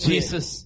Jesus